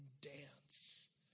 dance